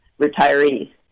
retirees